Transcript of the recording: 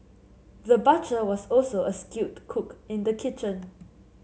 the butcher was also a skilled cook in the kitchen